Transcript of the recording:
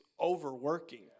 overworking